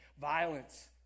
violence